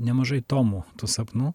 nemažai tomų tų sapnų